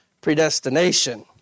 predestination